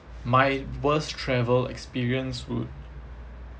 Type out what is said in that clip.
my worst travel experience would